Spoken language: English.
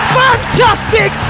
fantastic